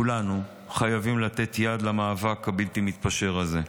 כולנו חייבים לתת יד למאבק הבלתי מתפשר הזה.